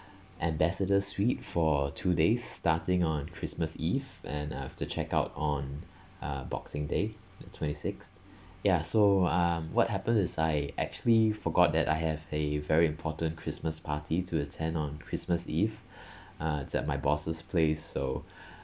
ambassador suite for two days starting on christmas eve and I have to check out on uh boxing day the twenty sixth ya so um what happen is I actually forgot that I have a very important christmas party to attend on christmas eve uh it's at my boss's place so